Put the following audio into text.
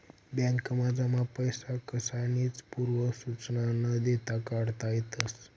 बॅकमा जमा पैसा कसानीच पूर्व सुचना न देता काढता येतस